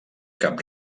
cap